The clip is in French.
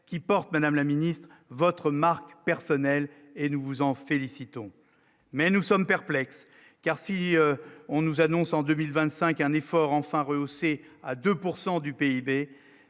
qui porte, Madame la Ministre votre marque personnelle et nous vous en félicitons mais nous sommes perplexes, car si on nous annonce en 2025, un effort enfin rehaussé à 2 pourcent